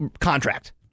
contract